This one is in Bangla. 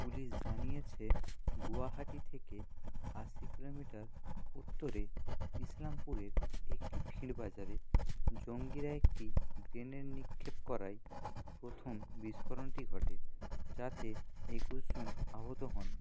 পুলিশ জানিয়েছে গুয়াহাটি থেকে আশি কিলোমিটার উত্তরে ইসলামপুরের একটি ভিড় বাজারে জঙ্গিরা একটি গ্রেনেড নিক্ষেপ করায় প্রথম বিস্ফোরণটি ঘটে যাতে একুশ জন আহত হন